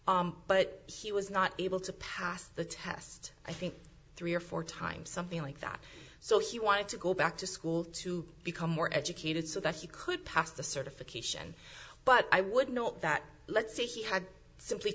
money but he was not able to pass the test i think three or four times something like that so he wanted to go back to school to become more educated so that he could pass the certification but i would note that let's say he had simply